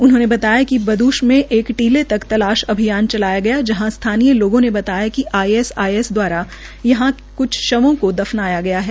उन्होंने बताया कि बद्श में एक टीले तक तलाश अभियान चलाया गया जहां स्थानीय लोगों ने बताया कि आई एस आई एस द्वारा यहां क्छ शवों को दफनाया गया है